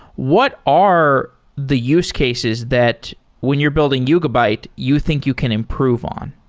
what are the use cases that when you're building yugabyte you think you can improve on?